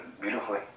beautifully